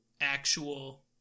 actual